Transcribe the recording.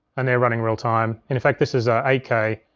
and they're running real time. and in fact, this is ah eight k,